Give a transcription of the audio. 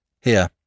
Here